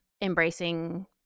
embracing